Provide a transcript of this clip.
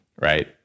right